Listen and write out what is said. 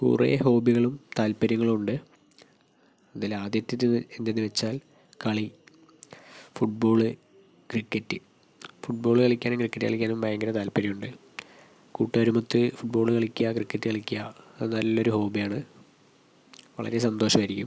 കുറേ ഹോബികളും താൽപര്യങ്ങളും ഉണ്ട് അതിൽ ആദ്യത്തേത് എന്തെന്ന് വച്ചാൽ കളി ഫുട്ബോൾ ക്രിക്കറ്റ് ഫുട്ബോൾ കളിക്കാനും ക്രിക്കറ്റ് കളിക്കാനും ഭയങ്കര താല്പര്യമുണ്ട് കൂട്ടകാരുമൊത്ത് ഫുട്ബോൾ കളിക്കുക ക്രിക്കറ്റ് കളിക്കുക അത് നല്ലൊരു ഹോബിയാണ് വളരെ സന്തോഷായിരിക്കും